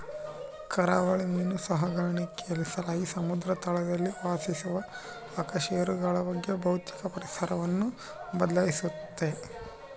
ಕರಾವಳಿ ಮೀನು ಸಾಕಾಣಿಕೆಲಾಸಿ ಸಮುದ್ರ ತಳದಲ್ಲಿ ವಾಸಿಸುವ ಅಕಶೇರುಕಗಳ ಭೌತಿಕ ಪರಿಸರವನ್ನು ಬದ್ಲಾಯಿಸ್ತತೆ